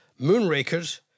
Moonrakers